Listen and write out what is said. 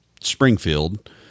Springfield